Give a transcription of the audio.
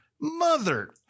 Mother